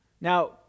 Now